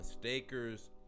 mistakers